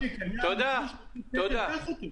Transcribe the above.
כשבמקרה הזה רשאי יפורש כחייב.